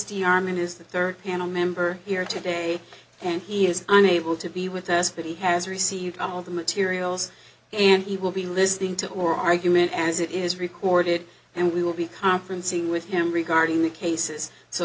dionne is the third panel member here today and he is unable to be with us but he has received all the materials and he will be listening to your argument as it is recorded and we will be conferencing with him regarding the cases so